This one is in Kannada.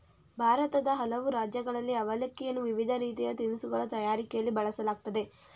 ಭಾರತದ ಹಲವು ರಾಜ್ಯಗಳಲ್ಲಿ ಅವಲಕ್ಕಿಯನ್ನು ವಿವಿಧ ರೀತಿಯ ತಿನಿಸುಗಳ ತಯಾರಿಕೆಯಲ್ಲಿ ಬಳಸಲಾಗ್ತದೆ